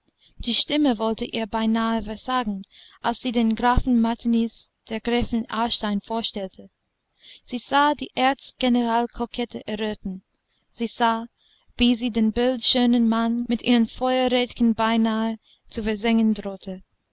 die stimme wollte ihr beinahe versagen als sie den grafen martiniz der gräfin aarstein vorstellte sie sah die erz general kokette erröten sie sah wie sie den bildschönen mann mit ihren feuerrädchen beinahe zu versengen drohte